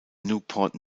newport